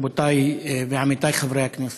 רבותיי ועמיתיי חברי הכנסת,